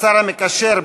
המקשר,